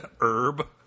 herb